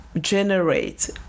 generate